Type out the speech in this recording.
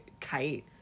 kite